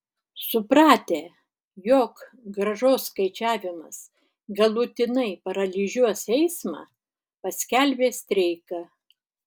supratę jog grąžos skaičiavimas galutinai paralyžiuos eismą paskelbė streiką